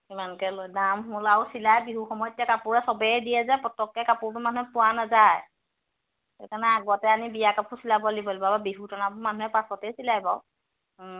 কিমানকৈ লৈ দাম হ'ল আৰু চিলাই বিহু সময় এতিয়া কাপোৰো চবেই দিয়ে যে পটককে কাপোৰটো মানুহে পোৱা নাযায় সেইকাৰণে আগতে আনি বিয়া কাপোৰ চিলাব দিব লাগিব কাৰণ বিহুত মানুহে পাছতেই চিলাই বাৰু